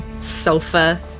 sofa